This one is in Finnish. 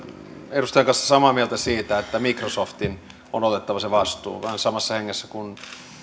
edustajan kanssa samaa mieltä siitä että microsoftin on otettava se vastuu vähän samassa hengessä kuin